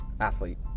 athlete